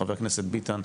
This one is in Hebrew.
חבר הכנסת ביטן.